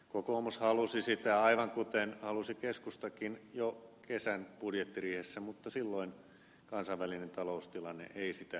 kokoomus halusi sitä aivan kuten halusi keskustakin jo kesän budjettiriihessä mutta silloin kansainvälinen taloustilanne ei sitä sallinut